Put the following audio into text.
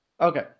Okay